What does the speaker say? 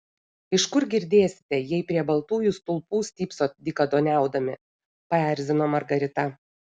iš kur girdėsite jei prie baltųjų stulpų stypsot dykaduoniaudami paerzino margarita